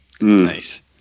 Nice